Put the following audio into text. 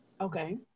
Okay